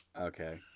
Okay